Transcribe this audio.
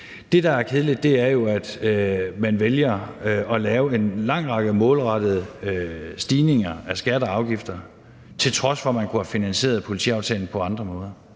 Det, der er kedeligt, er jo, at man vælger at lave en lang række målrettede stigninger af skatter og afgifter, til trods for at man kunne have finansieret politiaftalen på andre måder.